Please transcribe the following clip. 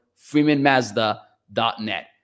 FreemanMazda.net